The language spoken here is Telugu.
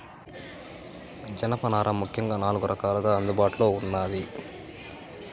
జనపనార ముఖ్యంగా నాలుగు రకాలుగా అందుబాటులో ఉన్నాది